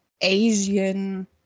Asian